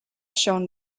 shown